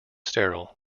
sterile